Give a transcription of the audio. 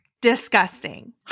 disgusting